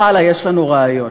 ואללה, יש לנו רעיון.